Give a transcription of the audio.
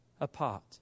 apart